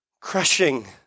crushing